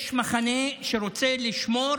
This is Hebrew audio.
יש מחנה שרוצה לשמור